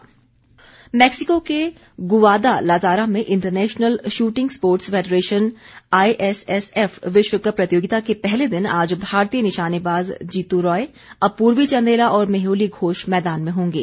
निशानेबाजी मैक्सिको के गुवादालाजारा में international shooting sports federation ISSF विश्वकप प्रतियोगिता के पहले दिन आज भारतीय निशानेबाज जीतू राय अपूर्वी चंदेला और मेहली घोष मैदान में होंगे